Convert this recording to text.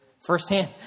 Firsthand